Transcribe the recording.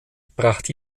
brachte